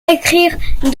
écrire